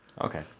Okay